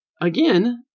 again